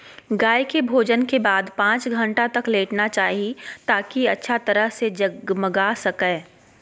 गाय के भोजन के बाद पांच घंटा तक लेटना चाहि, ताकि अच्छा तरह से जगमगा सकै